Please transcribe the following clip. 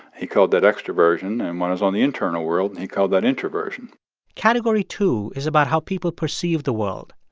he called that extroversion. and one is on the internal world, and he called that introversion category two is about how people perceive the world.